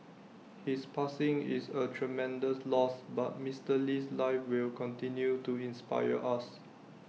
his passing is A tremendous loss but Mister Lee's life will continue to inspire us